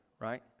right